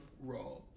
role